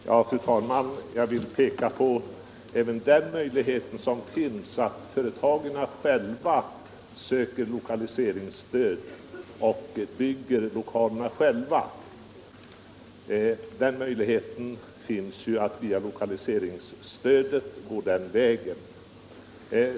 Fru talman! Jag vill peka på även den möjligheten att företagen själva söker lokaliseringsstöd och själva bygger lokalerna. Möjligheten finns ju att gå den vägen.